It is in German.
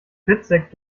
fitzek